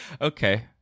Okay